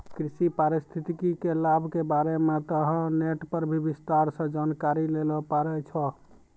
कृषि पारिस्थितिकी के लाभ के बारे मॅ तोहं नेट पर भी विस्तार सॅ जानकारी लै ल पारै छौ